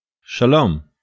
Shalom